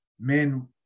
men